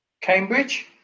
Cambridge